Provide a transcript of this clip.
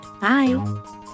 Bye